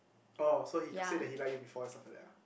oh so he got said that he like you before and stuff like that lah